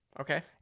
Okay